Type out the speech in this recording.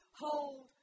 hold